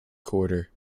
quarter